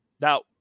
Now